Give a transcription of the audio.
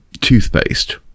toothpaste